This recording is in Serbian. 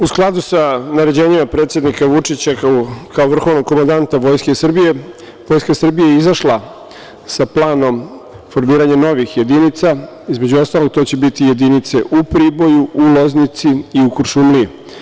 U skladu sa naređenjima predsednika Vučića, kao vrhovnog komandanta Vojske Srbije, Vojska Srbije je izašla sa planom formiranja novih jedinica, između ostalog, to će biti i jedinice u Priboju, u Loznici i u Kuršumliji.